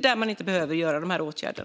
där man inte behöver vidta de här åtgärderna.